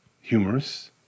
humorous